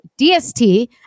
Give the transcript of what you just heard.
DST